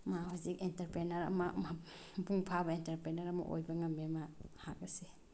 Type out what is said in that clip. ꯃꯥ ꯍꯧꯖꯤꯛ ꯑꯦꯟꯇꯔꯄ꯭ꯔꯦꯅꯔ ꯑꯃ ꯃꯄꯨꯡ ꯐꯥꯕ ꯑꯦꯟꯇꯔꯄ꯭ꯔꯦꯅꯔ ꯑꯃ ꯑꯣꯏꯕ ꯉꯝꯃꯦ ꯃꯥ ꯃꯍꯥꯛ ꯑꯁꯦ